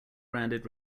branded